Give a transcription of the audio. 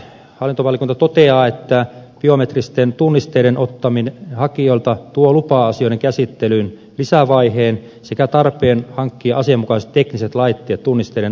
hallintovaliokunta toteaa että biometristen tunnisteiden ottaminen hakijoilta tuo lupa asioiden käsittelyyn lisävaiheen sekä tarpeen hankkia asianmukaiset tekniset laitteet tunnisteiden ottamista varten